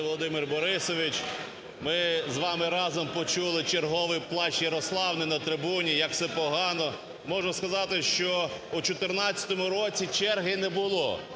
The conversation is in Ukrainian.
Володимире Борисовичу, ми з вами разом почули черговий "Плач Ярославни" на трибуні, як все погано. Можу сказати, що в 14-му році черги не було